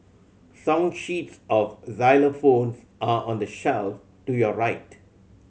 song sheets of xylophones are on the shelf to your right